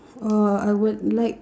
uh I would like